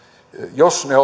jos ne ne